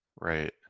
Right